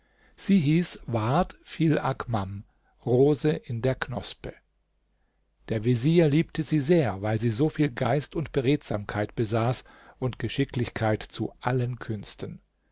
sie hieß ward fil akmam rose in der knospe der vezier liebte sie sehr weil sie so viel geist und beredsamkeit besaß und geschicklichkeit zu allen künsten